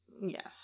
Yes